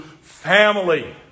family